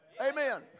Amen